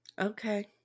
Okay